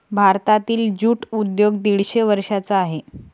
भारतातील ज्यूट उद्योग दीडशे वर्षांचा आहे